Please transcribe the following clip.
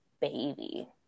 baby